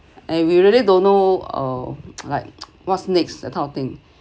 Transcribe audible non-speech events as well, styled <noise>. and we really don't know uh like <noise> what's next that kind of thing